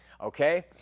Okay